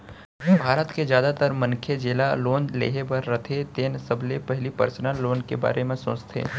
भारत के जादातर मनखे जेला लोन लेहे बर रथे तेन सबले पहिली पर्सनल लोन के बारे म सोचथे